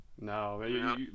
no